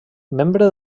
membre